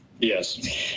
Yes